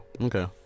Okay